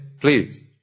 Please